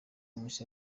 mushya